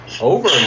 over